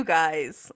guys